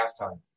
halftime